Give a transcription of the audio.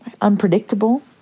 unpredictable